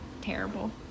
terrible